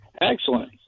Excellent